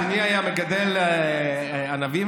השני היה מגדל ענבים,